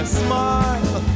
smile